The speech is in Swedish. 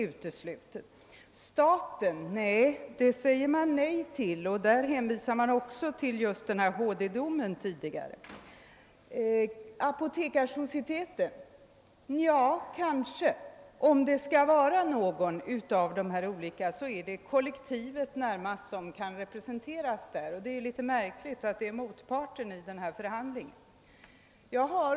Inte heller staten kan komma i fråga varvid det hänvisas till den tidigare HD-domen. Apotekarsocieteten då, ja kanske. Skall någon av de uppräknade komma i fråga blir det närmast kollektivet, och det är litet märkligt att detta är motparten vid denna förhandling.